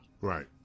Right